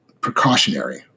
precautionary